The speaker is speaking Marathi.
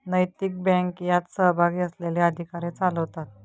नैतिक बँक यात सहभागी असलेले अधिकारी चालवतात